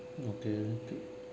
okay